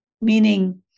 meaning